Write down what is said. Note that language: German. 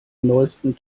neusten